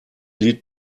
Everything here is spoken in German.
lied